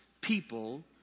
people